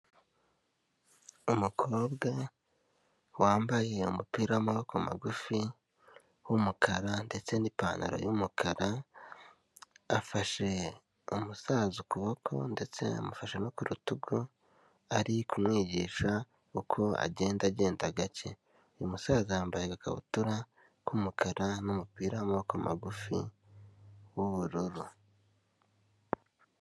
Umukobwa wambaye umupira w'amaboko magufi w'umukara ndetse n'ipantaro y'umukara, afashe umusaza ukuboko, ndetse amufashe no ku rutugu, ari kumwigisha uko agenda agenda gake, uyu musaza yambaye agakabutura k'umukara n'umupira w'amaboko magufi w'ubururu.